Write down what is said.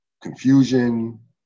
confusion